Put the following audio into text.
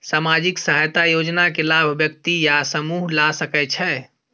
सामाजिक सहायता योजना के लाभ व्यक्ति या समूह ला सकै छै?